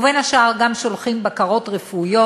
ובין השאר גם שולחים בקרות רפואיות.